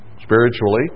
spiritually